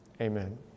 Amen